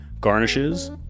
garnishes